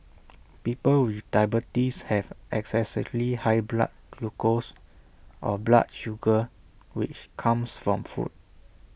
people with diabetes have excessively high blood glucose or blood sugar which comes from food